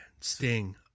Sting